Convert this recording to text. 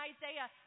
Isaiah